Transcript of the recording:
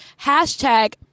Hashtag